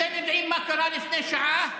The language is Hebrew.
אתם יודעים מה קרה לפני שעה?